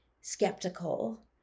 skeptical